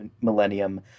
millennium